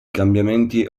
cambiamenti